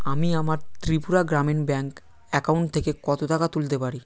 আমি আমার Tripura Gramin bank account থেকে কত টাকা তুলতে পারি